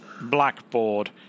Blackboard